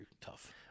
tough